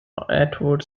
atwood